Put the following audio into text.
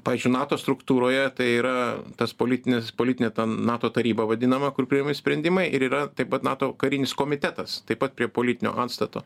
pavyzdžiui nato struktūroje tai yra tas politinis politinė nato taryba vadinama kur priimami sprendimai ir yra taip pat nato karinis komitetas taip pat prie politinio antstato